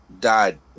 died